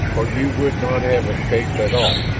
or you would not have escaped at all.